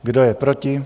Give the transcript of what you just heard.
Kdo je proti?